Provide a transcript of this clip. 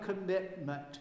commitment